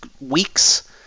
weeks